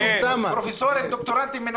פרופסורים, דוקטורנטים מנותקים?